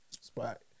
spot